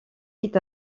est